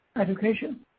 education